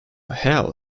hell